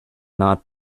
not